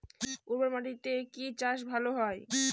উর্বর মাটিতে কি চাষ ভালো হয়?